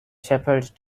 shepherd